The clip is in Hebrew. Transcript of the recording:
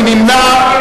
מי נמנע?